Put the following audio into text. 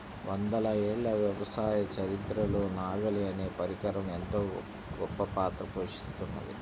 వందల ఏళ్ల వ్యవసాయ చరిత్రలో నాగలి అనే పరికరం ఎంతో గొప్పపాత్ర పోషిత్తున్నది